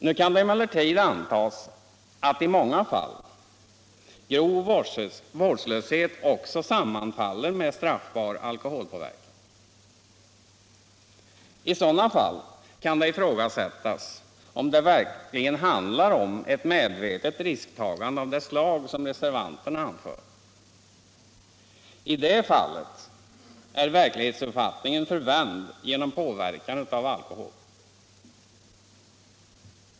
Nu kan det emellertid antagas att i många fall grov vårdslöshet också sammanfaller med straffbar alkoholpåverkan. I sådana fall kan det ifrågasättas om det verkligen handlar om ett medvetet risktagande av det slag som reservanterna anför. I det fallet är verklighetsuppfattningen förvänd genom påverkan från alkohol.